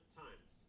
times